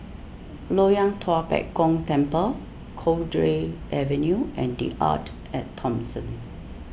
Loyang Tua Pek Kong Temple Cowdray Avenue and the Arte at Thomson